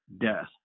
death